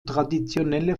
traditionelle